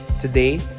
Today